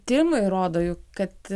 tyrimai rodo juk kad